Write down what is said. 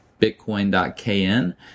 bitcoin.kn